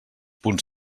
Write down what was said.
punts